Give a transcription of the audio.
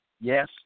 yes